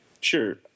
sure